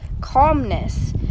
calmness